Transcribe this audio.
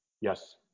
Yes